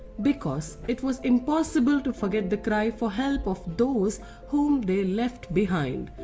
because it was impossible to forget the cry for help of those whom they left behind.